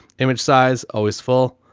image size, always full.